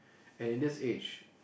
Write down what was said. and in this age